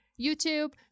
YouTube